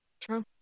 true